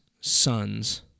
sons